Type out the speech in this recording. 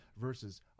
versus